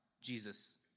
Jesus